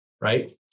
right